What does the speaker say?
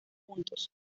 puntos